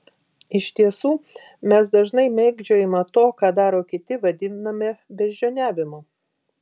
iš tiesų mes dažnai mėgdžiojimą to ką daro kiti vadiname beždžioniavimu